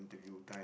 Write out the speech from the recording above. interview time